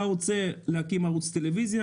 אתה רוצה להקים ערוץ טלוויזיה?